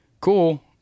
cool